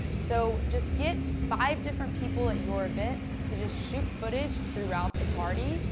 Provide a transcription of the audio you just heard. so just get five different people at your event to just shoot footage throughout the party,